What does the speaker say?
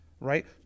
right